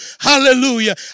Hallelujah